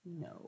no